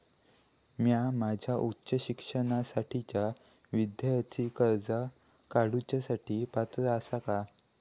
म्या माझ्या उच्च शिक्षणासाठीच्या विद्यार्थी कर्जा काडुच्या साठी पात्र आसा का?